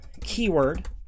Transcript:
keyword